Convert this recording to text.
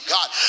God